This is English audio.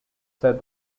said